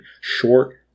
short